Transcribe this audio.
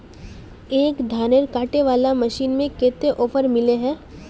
एक धानेर कांटे वाला मशीन में कते ऑफर मिले है?